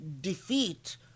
Defeat